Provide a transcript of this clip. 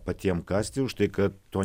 patiems kasti už tai kad to